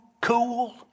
cool